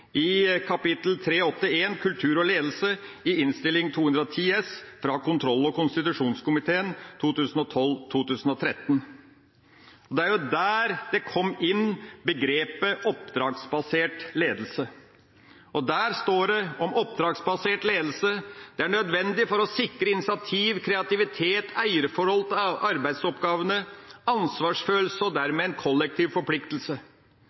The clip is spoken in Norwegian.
i kapittel 3.8.1 Kultur- og ledelsesutfordringer i Innst. 210 S for 2012–2013 fra kontroll- og konstitusjonskomiteen. Det er der begrepet «oppdragsbasert ledelse» kom inn. Der står det at oppdragsbasert ledelse er nødvendig «for å sikre initiativ, kreativitet, eierforhold til arbeidsoppgavene, ansvarsfølelse og dermed en kollektiv forpliktelse».